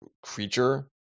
Creature